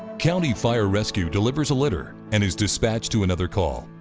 county fire rescue delivers a litter and is dispatched to another call.